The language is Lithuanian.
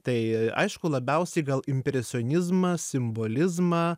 tai aišku labiausiai gal impresionizmą simbolizmą